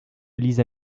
liza